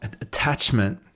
attachment